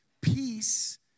peace